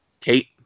Kate